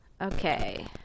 Okay